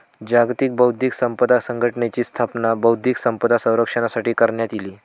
जागतिक बौध्दिक संपदा संघटनेची स्थापना बौध्दिक संपदा संरक्षणासाठी करण्यात इली